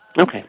Okay